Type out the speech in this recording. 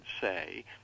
say